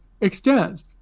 extends